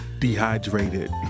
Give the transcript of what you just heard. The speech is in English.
dehydrated